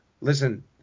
listen